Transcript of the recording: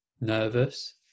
nervous